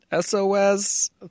SOS